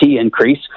increase